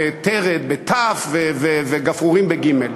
ותרד בתי"ו וגפרורים בגימ"ל.